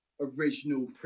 original